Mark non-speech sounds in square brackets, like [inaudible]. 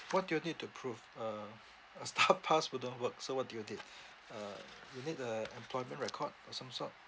what do you need to prove uh a staff [laughs] pass wouldn't work so what do you need uh you need the employment record or some sort